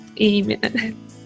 Amen